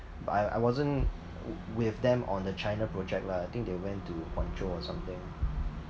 but I I wasn't with them on the China project lah I think they went to Guangzhou or something